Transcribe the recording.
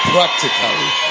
Practically